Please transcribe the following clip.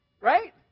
Right